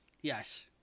yes